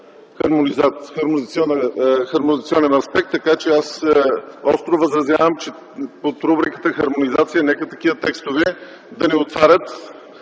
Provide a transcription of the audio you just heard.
хармонизационен аспект. Така че аз остро възразявам и нека под рубриката „Хармонизация” такива текстове да не отварят